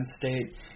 State